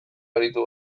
aritu